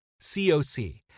COC